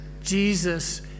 Jesus